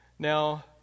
Now